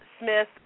Smith